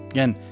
Again